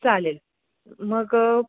चालेल मग